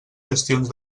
gestions